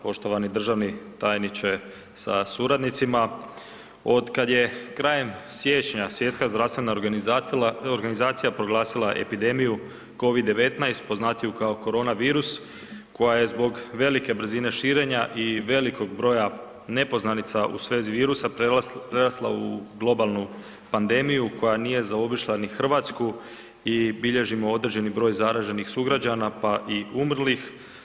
Poštovani državni tajniče sa suradnicima, od kad je krajem siječnja Svjetska zdravstvena organizacija proglasila epidemiju Covid-19 poznatiju kao korona virus, koja je zbog velike brzine širenja i velikog broja nepoznanica u svezi virusa prerasla u globalnu pandemiju koja nije zaobišla ni Hrvatsku i bilježimo određeni broj zaraženih sugrađana, pa i umrlih.